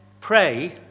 pray